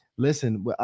Listen